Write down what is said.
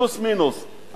פלוס מינוס.